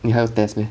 你还有 test meh